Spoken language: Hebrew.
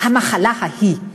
המחלה ההיא,